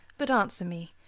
but answer me.